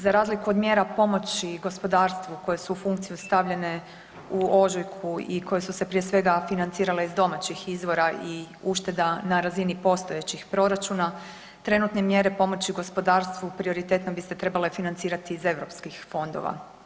Za razliku od mjera pomoći gospodarstvu koje su u funkciju stavljene u ožujku i koje su se prije svega financirale iz domaćih izvora i ušteda na razini postojećih proračuna, trenutne mjere pomoći gospodarstvu prioritetno bi se trebale financirati iz europskih fondova.